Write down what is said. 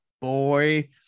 boy